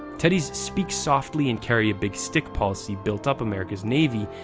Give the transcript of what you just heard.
teddy's speak softly and carry a big stick policy built up america's navy,